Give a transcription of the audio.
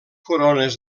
corones